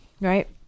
right